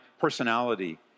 personality